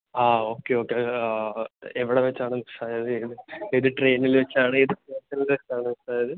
ആ okay okay ഇത് എവിടെ വച്ചാണ് മിസ്സ് ആയത് ഏത് ട്രെയിനിൽ വച്ചാണ് ഏത് സ്റ്റേഷനിൽ വച്ചാണ് മിസ്സ് ആയത്